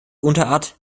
unterart